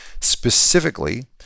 Specifically